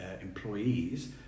employees